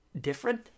Different